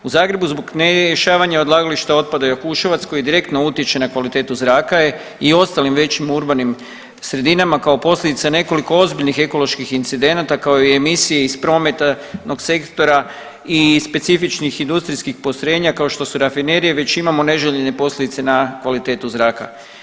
U Zagrebu zbog nerješavanja odlagališta otpada Jakuševac koji direktno utječe na kvalitetu je i u ostalim većim urbanima sredinama kao posljedica nekoliko ozbiljnih ekoloških incidenata kao i emisije iz prometnog sektora i specifičnih industrijskih postrojenja kao što su rafinerije već imamo neželjene posljedice na kvalitetu zraka.